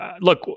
look